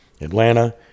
Atlanta